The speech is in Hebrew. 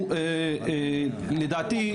לדעתי,